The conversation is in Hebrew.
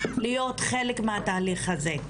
להיות חלק מהתהליך הזה.